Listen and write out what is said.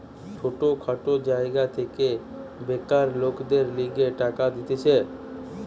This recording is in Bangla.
ছোট খাটো জায়গা থেকে বেকার লোকদের লিগে টাকা দিতেছে